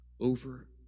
over